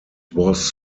was